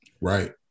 Right